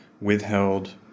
withheld